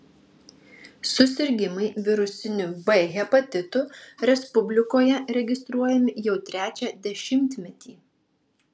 susirgimai virusiniu b hepatitu respublikoje registruojami jau trečią dešimtmetį